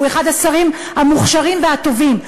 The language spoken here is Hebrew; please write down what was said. הוא אחד השרים המוכשרים והטובים,